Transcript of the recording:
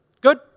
Good